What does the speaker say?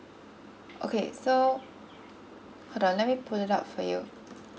okay so hold on let me pull it up for you